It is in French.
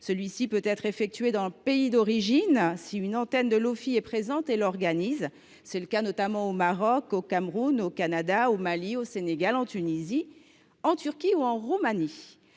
Il peut être effectué dans le pays d’origine si une antenne de l’Ofii est présente et l’organise. C’est le cas notamment au Maroc, au Cameroun, au Canada, au Mali, au Sénégal, en Tunisie, en Turquie ou en Roumanie.